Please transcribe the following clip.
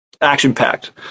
action-packed